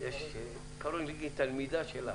אמרתי לעוזר לי לחזור אליו.